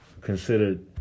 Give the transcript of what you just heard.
considered